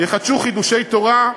יחדשו חידושי תורה,